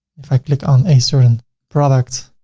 if i click on a certain product